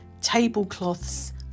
tablecloths